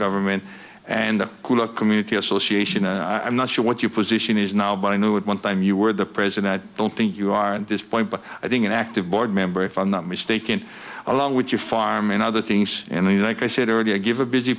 government and the community association i'm not sure what your position is now but i knew it one time you were the president i don't think you are at this point but i think an active board member if i'm not mistaken along with your farm and other things and the like i said earlier give a busy